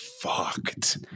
fucked